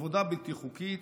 עבודה בלתי חוקית,